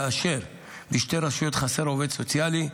כאשר בשתי רשויות חסר עובד סוציאלי,